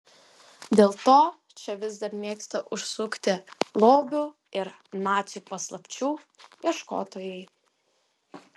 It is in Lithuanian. dėl to čia vis dar mėgsta užsukti lobių ir nacių paslapčių ieškotojai